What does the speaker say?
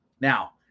Now